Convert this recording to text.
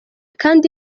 kandi